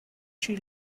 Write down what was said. she